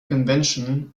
convention